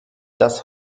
das